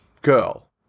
girl